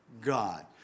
God